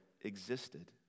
existed